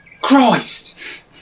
Christ